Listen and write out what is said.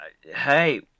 Hey